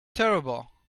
terrible